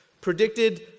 predicted